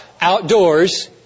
outdoors